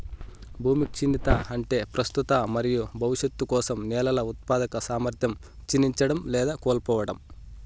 భూమి క్షీణత అంటే ప్రస్తుత మరియు భవిష్యత్తు కోసం నేలల ఉత్పాదక సామర్థ్యం క్షీణించడం లేదా కోల్పోవడం